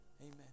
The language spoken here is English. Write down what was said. Amen